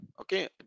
okay